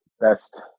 best